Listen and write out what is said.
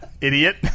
idiot